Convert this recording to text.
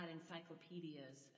encyclopedias